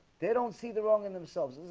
they don't see the wrong in themselves.